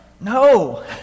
No